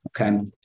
okay